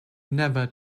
never